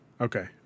Okay